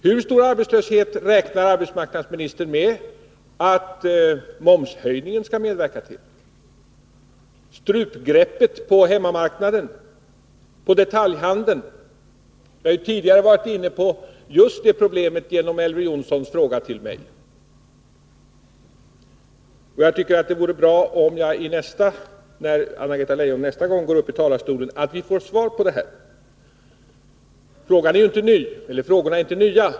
Hur stor arbetslöshet räknar arbetsmarknadsministern med att momshöjningen skall medverka till? Jag har tidigare varit inne på problemet med strupgreppet på hemmamarknaden och på detalj handeln i samband med Elver Jonssons fråga till mig. Det vore bra om Anna-Greta Leijon nästa gång hon går upp i talarstolen ville ge ett svar på det här. Frågorna är ju inte nya.